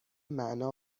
معنا